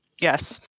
Yes